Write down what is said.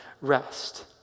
rest